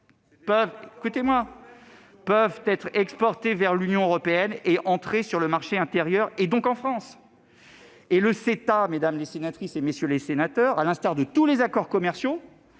peuvent être exportés vers l'Union européenne et entrer sur le marché intérieur et, donc, en France. Le CETA, mesdames les sénatrices, messieurs les sénateurs, à l'instar de tous les accords commerciaux,